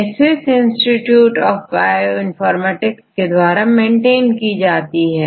यह Swiss institute of bioinformatics के द्वारा मेंटेन की जाती है